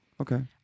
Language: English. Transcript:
okay